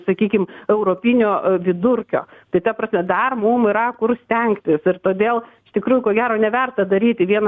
sakykim europinio vidurkio tai ta prasme dar mum yra kur stengtis ir todėl iš tikrųjų ko gero neverta daryti vieną